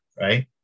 right